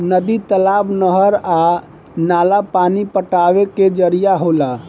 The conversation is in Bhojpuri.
नदी, तालाब, नहर आ नाला पानी पटावे के जरिया होला